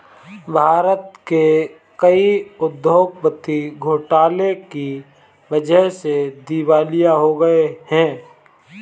भारत के कई उद्योगपति घोटाले की वजह से दिवालिया हो गए हैं